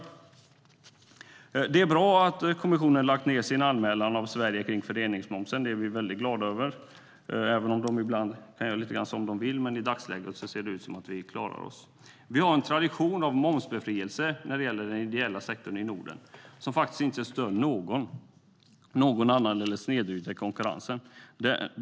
Det är bra att kommissionen har lagt ned sin anmälan av Sverige när det gäller föreningsmomsen. Det är vi mycket glada över, även om de ibland gör lite som de vill. Men i dagsläget ser det ut som om vi klarar oss. Vi har en tradition av momsbefrielse när det gäller den ideella sektorn i Norden och som faktiskt inte stör någon annan eller snedvrider konkurrensen.